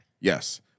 Yes